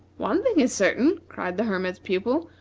one thing is certain, cried the hermit's pupil,